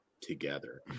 together